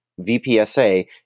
VPSA